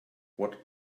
what